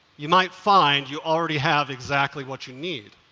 you might find you already have exactly what you need.